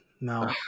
No